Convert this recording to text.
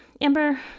Amber